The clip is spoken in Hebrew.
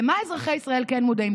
למה אזרחי ישראל כן מודעים?